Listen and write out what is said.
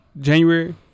January